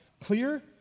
clear